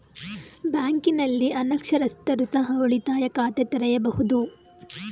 ಬ್ಯಾಂಕಿನಲ್ಲಿ ಅನಕ್ಷರಸ್ಥರು ಸಹ ಉಳಿತಾಯ ಖಾತೆ ತೆರೆಯಬಹುದು?